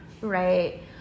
right